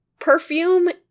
perfume